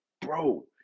bro